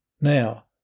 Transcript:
Now